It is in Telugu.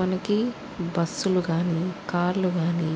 మనకి బస్సులు కాని కార్లు కాని